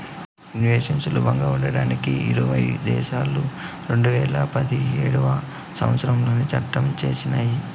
invoice సులభంగా ఉండేకి ఐరోపా దేశాలు రెండువేల పదిహేడవ సంవచ్చరంలో చట్టం చేసినయ్